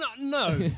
no